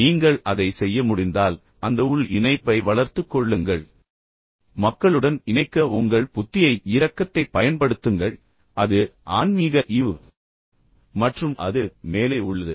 நீங்கள் அதை செய்ய முடிந்தால் அந்த உள் இணைப்பை வளர்த்துக் கொள்ளுங்கள் உங்கள் புத்தியை பயன்படுத்துங்கள் மக்களுடன் இணைக்க உங்கள் இரக்கத்தைப் பயன்படுத்துங்கள் அது ஆன்மீக ஈவு என்று அவர்கள் கூறுகிறார்கள் மற்றும் அது மேலே உள்ளது